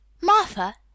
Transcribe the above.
martha